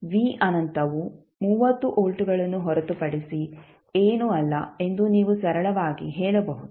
v ಅನಂತವು 30 ವೋಲ್ಟ್ಗಳನ್ನು ಹೊರತುಪಡಿಸಿ ಏನೂ ಅಲ್ಲ ಎಂದು ನೀವು ಸರಳವಾಗಿ ಹೇಳಬಹುದು